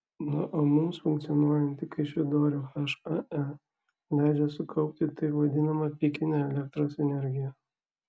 na o mums funkcionuojanti kaišiadorių hae leidžia sukaupti taip vadinamą pikinę elektros energiją